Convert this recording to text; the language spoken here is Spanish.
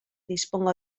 disponga